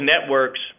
networks